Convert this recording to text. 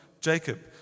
Jacob